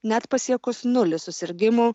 net pasiekus nulį susirgimų